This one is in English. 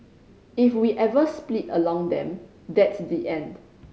if we ever split along them that's the end